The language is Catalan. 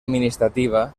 administrativa